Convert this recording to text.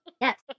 Yes